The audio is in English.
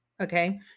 Okay